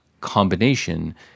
combination